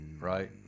right